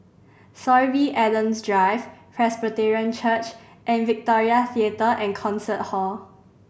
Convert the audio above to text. Sorby Adams Drive Presbyterian Church and Victoria Theatre and Concert Hall